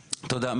תודה.